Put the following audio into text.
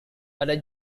pada